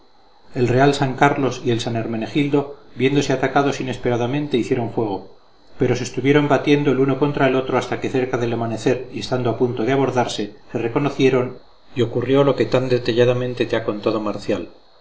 el real carlos y el san hermenegildo viéndose atacados inesperadamente hicieron fuego pero se estuvieron batiendo el uno contra el otro hasta que cerca del amanecer y estando a punto de abordarse se reconocieron y ocurrió lo que tan detalladamente te ha contado marcial